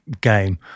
game